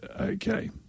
okay